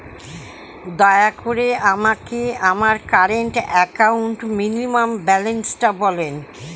দয়া করে আমাকে আমার কারেন্ট অ্যাকাউন্ট মিনিমাম ব্যালান্সটা বলেন